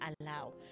allow